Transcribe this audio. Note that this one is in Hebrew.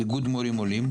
אגוד מורים עולים,